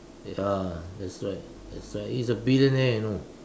ah that's why that's why he's a billionaire you know